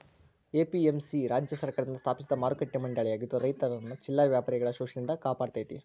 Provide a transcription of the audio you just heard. APMC ರಾಜ್ಯ ಸರ್ಕಾರದಿಂದ ಸ್ಥಾಪಿಸಿದ ಮಾರುಕಟ್ಟೆ ಮಂಡಳಿಯಾಗಿದ್ದು ರೈತರನ್ನ ಚಿಲ್ಲರೆ ವ್ಯಾಪಾರಿಗಳ ಶೋಷಣೆಯಿಂದ ಕಾಪಾಡತೇತಿ